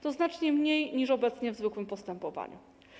To znacznie mniej niż obecnie w zwykłym postępowaniu.